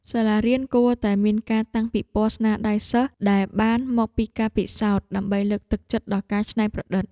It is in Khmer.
សាលារៀនគួរតែមានការតាំងពិព័រណ៍ស្នាដៃសិស្សដែលបានមកពីការពិសោធន៍ ដើម្បីលើកទឹកចិត្តដល់ការច្នៃប្រឌិត។